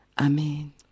Amen